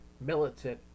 militant